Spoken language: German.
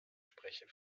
spreche